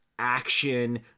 action